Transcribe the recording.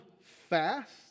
fast